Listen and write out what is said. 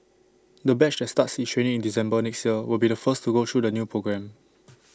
the batch that starts its training in December next year will be the first to go through the new programme